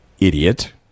idiot